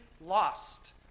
lost